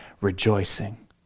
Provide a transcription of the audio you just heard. rejoicing